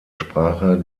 sprache